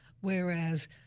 whereas